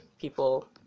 people